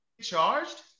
charged